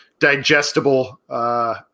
digestible